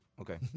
Okay